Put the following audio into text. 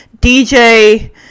DJ